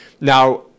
Now